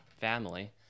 family